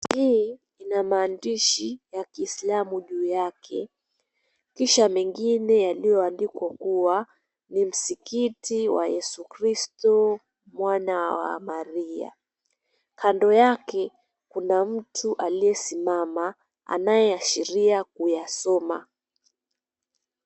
Hii ina maandishi ya kiislamu juu yake. Kisha mengine yaliyoandikwa kuwa ni msikiti wa Yesu Kristo mwana wa maria. Kando yake kuna mtu aliyesimama anayeashiria kuyasoma.